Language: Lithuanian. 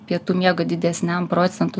pietų miego didesniam procentui